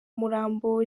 murambo